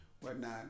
whatnot